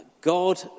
God